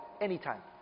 anytime